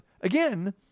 again